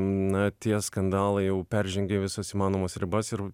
na tie skandalai jau peržengė visas įmanomas ribas ir